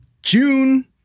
June